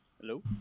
hello